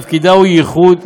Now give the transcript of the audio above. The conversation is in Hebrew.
תפקידה ייוחד,